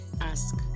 ask